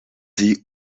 sie